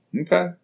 Okay